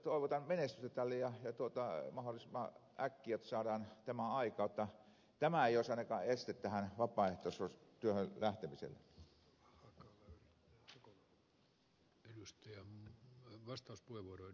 toivotan menestystä tälle ja toivon että mahdollisimman äkkiä saadaan tämä aikaan jotta tämä epäkohta ei olisi ainakaan este vapaaehtoistyöhön lähtemiselle